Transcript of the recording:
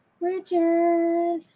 Richard